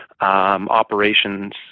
operations